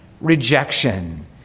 rejection